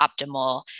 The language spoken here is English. optimal